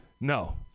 No